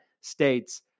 states